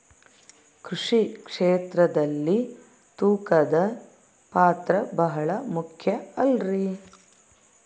ಕೃಷಿ ಕ್ಷೇತ್ರದಲ್ಲಿ ತೂಕದ ಪಾತ್ರ ಬಹಳ ಮುಖ್ಯ ಅಲ್ರಿ?